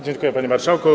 Dziękuję, panie marszałku.